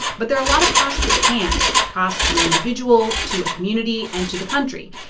but there are a lot of costs that can costs to an individual, to a community and to the country.